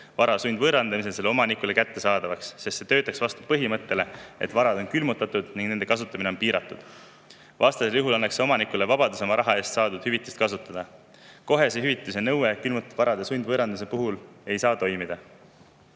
vara sundvõõrandamisel teha hüvitist omanikule koheselt kättesaadavaks, sest see töötaks vastu põhimõttele, et vara on külmutatud ning selle kasutamine on piiratud. Vastasel juhul annaks see omanikule vabaduse oma [vara] eest saadud hüvitist kasutada. Kohese hüvitise nõue ei saa külmutatud vara sundvõõrandamise puhul toimida